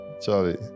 Charlie